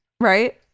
right